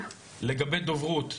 לגבי דוברות,